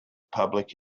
public